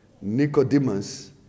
Nicodemus